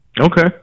Okay